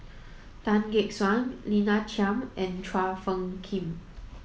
Tan Gek Suan Lina Chiam and Chua Phung Kim